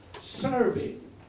serving